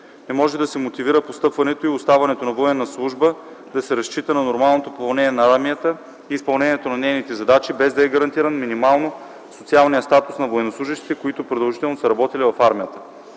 Не може да се мотивира постъпването и оставането на военна служба, да се разчита на нормалното попълнение на армията и изпълнението на нейните задачи, без да е гарантиран минимално социалния статус на военнослужещите, които продължително са работили в армията.